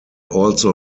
also